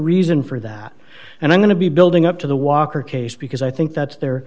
reason for that and i'm going to be building up to the walker case because i think that the